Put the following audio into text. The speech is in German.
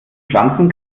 pflanzen